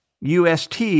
UST